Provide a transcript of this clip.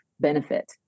benefit